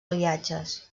aliatges